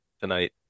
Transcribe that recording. tonight